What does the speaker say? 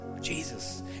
Jesus